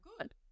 good